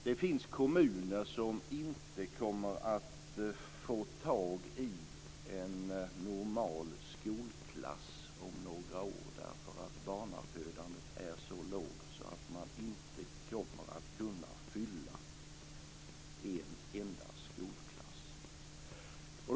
Det finns kommuner som inte kommer att få ihop en normal skolklass om några år, där barnafödandet är så lågt att man inte kommer att kunna fylla en enda skolklass.